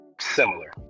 similar